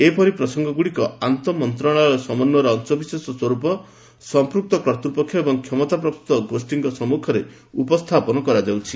ଏପରି ପ୍ରସଙ୍ଗଗୁଡ଼ିକୁ ଆନ୍ତଃମନ୍ତ୍ରଣାଳୟ ସମନ୍ଦୟର ଅଂଶବିଶେଷ ସ୍ଚରୂପ ସମ୍ପୃକ୍ତ କର୍ତ୍ତ ପକ୍ଷ ଏବଂ କ୍ଷମତାପ୍ରାପ୍ତ ଗୋଷ୍ଠୀଙ୍କ ସମ୍ମୁଖରେ ଉପସ୍ଥାପନ କରାଯାଉଛି